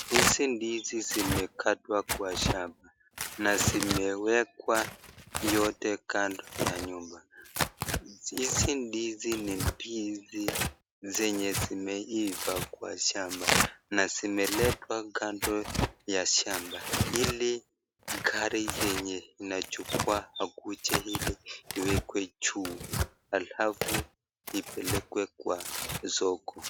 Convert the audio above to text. Hizi ndizi zimekatwa kwa shamba na zimewekwa yote kando ya nyumba. Hizi ndizi ni ndizi zenye zimeiva kwa shamba na zimeletwa kando ya shamba ili gari yenye inachukua akuje hili iwekwe juu alafu ipelekwe kwa soko.